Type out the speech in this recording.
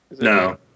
No